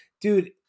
Dude